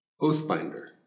Oathbinder